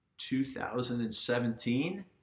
2017